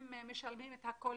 הם משלמים את הכול,